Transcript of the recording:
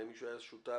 האם מישהו היה שותף